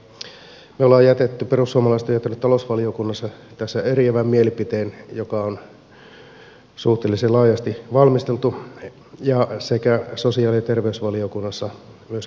me perussuomalaiset olemme jättäneet talousvaliokunnassa tästä eriävän mielipiteen joka on suhteellisen laajasti valmisteltu ja sosiaali ja terveysvaliokunnassa myöskin vastalauseen